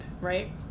Right